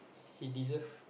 he deserve